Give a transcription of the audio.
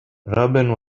robin